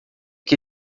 que